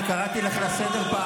אני קראתי אותך לסדר פעמיים.